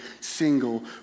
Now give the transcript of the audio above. single